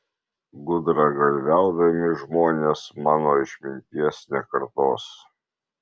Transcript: gudragalviaudami žmonės mano išminties nekartos